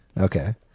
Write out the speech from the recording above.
Okay